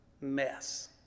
mess